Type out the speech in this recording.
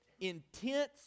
intense